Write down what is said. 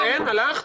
הלכת?